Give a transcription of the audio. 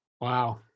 Wow